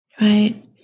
Right